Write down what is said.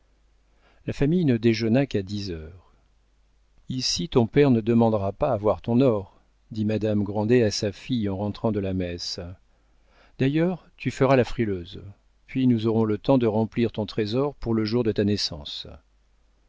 la famille ne déjeuna qu'à dix heures ici ton père ne demandera pas à voir ton or dit madame grandet à sa fille en rentrant de la messe d'ailleurs tu feras la frileuse puis nous aurons le temps de remplir ton trésor pour le jour de ta naissance